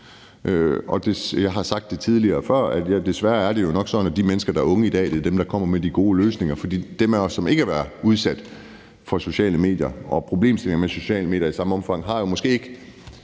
og jeg har sagt det før, at desværre er det jo nok sådan, at de mennesker, der er unge i dag, er dem, der kommer med de gode løsninger, for dem af os, som ikke har været udsat for sociale medier og problemstillinger med sociale medier i samme omfang, har måske ikke